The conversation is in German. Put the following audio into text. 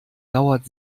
dauert